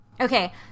Okay